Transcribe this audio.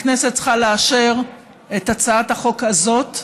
הכנסת צריכה לאשר את הצעת החוק הזאת,